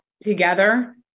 together